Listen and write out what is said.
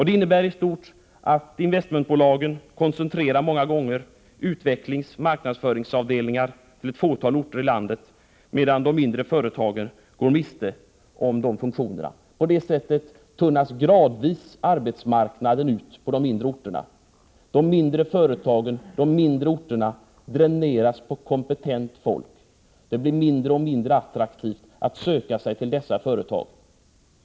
Det innebär i stort att investmentbolagen många gånger koncentrerar utvecklingsoch marknadsföringsavdelningar till ett fåtal orter i landet, medan de mindre företagen går miste om dessa funktioner. På det sättet tunnas gradvis arbetsmarknaden ut på de mindre orterna. De mindre företagen, de mindre orterna dräneras på kompetent folk. Det blir mindre och mindre attraktivt att söka sig till dessa företag.